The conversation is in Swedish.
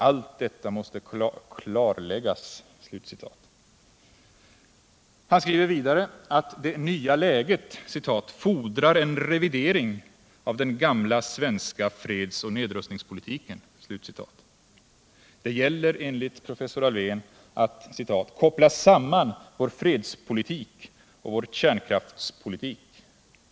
Allt detta måste klarläggas.” Han skriver vidare att det nya läget ”fordrar en revidering av den gamla svenska fredsoch nedrustningspolitiken”. Det gäller enligt professor Alfvén att ”koppla samman vår fredspolitik och vår kärnkraftspolitik”.